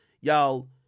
y'all